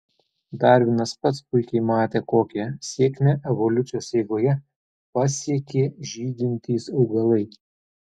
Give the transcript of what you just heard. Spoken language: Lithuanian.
darvinas pats puikiai matė kokią sėkmę evoliucijos eigoje pasiekė žydintys augalai